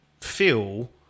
feel